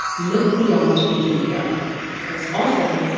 look beyond behavior because often,